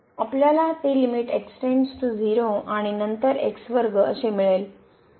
आपल्याला ते limit x → 0 आणि नंतर अशी मिळेल